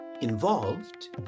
involved